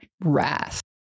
wrath